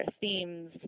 themes